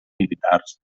militars